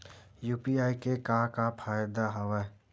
UPI के का फ़ायदा हवय?